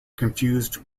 confused